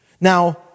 Now